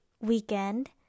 weekend